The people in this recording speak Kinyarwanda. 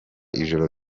ijoro